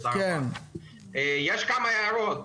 כמה הערות.